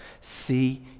see